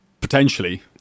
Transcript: Potentially